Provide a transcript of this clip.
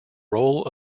role